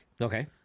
Okay